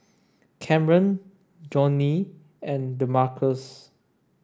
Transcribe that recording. Camren Johny and Demarcus